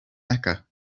mecca